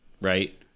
right